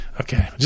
Okay